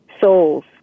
souls